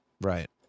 right